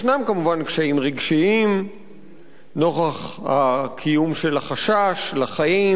יש כמובן קשיים רגשיים נוכח החשש לחיים,